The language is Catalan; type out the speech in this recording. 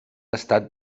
estat